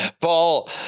Paul